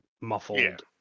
muffled